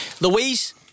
Louise